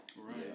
Right